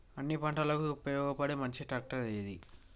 అన్ని పంటలకు ఉపయోగపడే మంచి ట్రాక్టర్ ఏది?